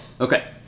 Okay